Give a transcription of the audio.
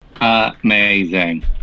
Amazing